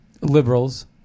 liberals